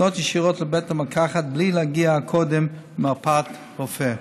לפנות ישירות לבית המרקחת בלי להגיע קודם למרפאת רופא.